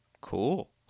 Cool